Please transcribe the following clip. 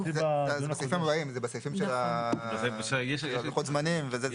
זה בסעיפים הבאים, של לוחות הזמנים.